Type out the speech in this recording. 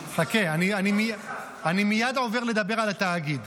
חכה, אני מייד עובר לדבר על התאגיד.